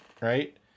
right